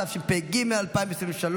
התשפ"ג 2023,